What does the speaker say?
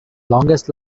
longest